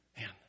Man